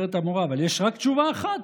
אומרת המורה: אבל יש רק תשובה אחת.